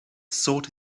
sought